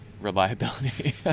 reliability